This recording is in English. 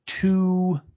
two